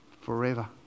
forever